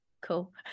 Cool